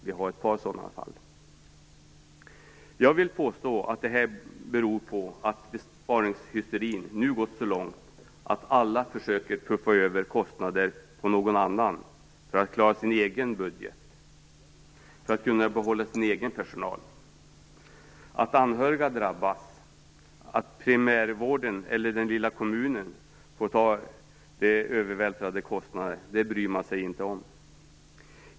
Vi har ett par sådana fall. Jag vill påstå att det beror på att besparingshysterin nu gått så långt att alla försöker puffa över kostnader på någon annan för att klara sin egen budget och för att kunna behålla sin egen personal. Att anhöriga drabbas och att primärvården eller den lilla kommunen får ta de övervältrade kostnaderna bryr man sig inte om.